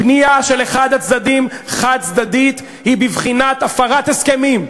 פנייה של אחד הצדדים חד-צדדית היא בבחינת הפרת הסכמים.